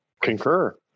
concur